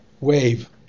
wave